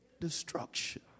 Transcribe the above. destruction